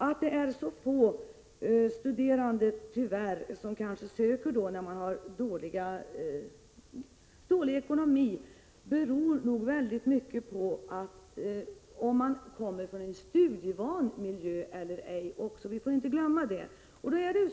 Att tyvärr så få studerande med dålig ekonomi söker till högskolorna beror nog mycket på om vederbörande kommer från en studievan miljö eller ej. Vi får inte bortse från detta.